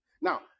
Now